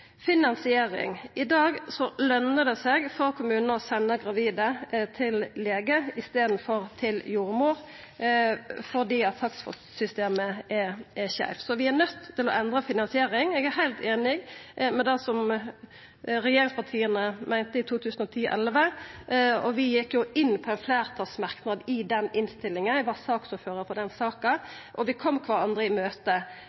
finansiering: I dag løner det seg for kommunane å senda gravide til lege i staden for til jordmor, fordi takstsystemet er skeivt. Så vi er nøydde til å endra finansieringa. Eg er heilt einig i det som regjeringspartia meinte i 2010–2011, og vi gjekk òg inn på ein fleirtalsmerknad i den innstillinga – eg var ordførar for den